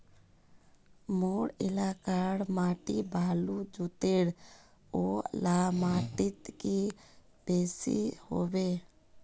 मोर एलाकार माटी बालू जतेर ओ ला माटित की बेसी हबे?